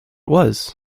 was